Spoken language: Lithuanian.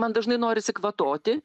man dažnai norisi kvatoti